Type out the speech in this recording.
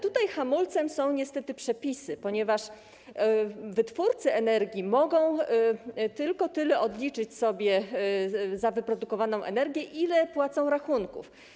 Tutaj hamulcem są, niestety, przepisy, ponieważ wytwórcy energii mogą tylko tyle odliczyć sobie za wyprodukowaną energię, ile płacą rachunków.